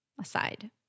aside